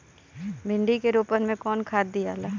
भिंदी के रोपन मे कौन खाद दियाला?